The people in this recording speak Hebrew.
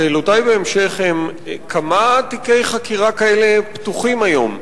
שאלותי בהמשך הן: כמה תיקי חקירה כאלה פתוחים היום?